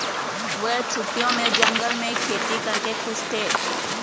वे छुट्टियों में जंगल में खेती करके खुश थे